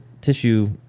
tissue